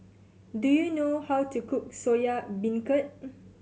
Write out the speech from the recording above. do you know how to cook Soya Beancurd